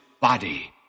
body